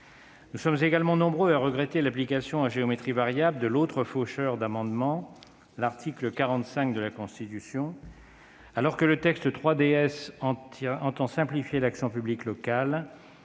Nous sommes également nombreux à regretter l'application à géométrie variable de l'autre faucheur d'amendements : l'article 45 de la Constitution. Alors que le projet de loi 3DS entend simplifier l'action publique locale,